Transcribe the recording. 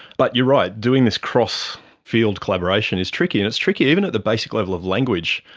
but you're right, doing this cross field collaboration is tricky, and it's tricky even at the basic level of language.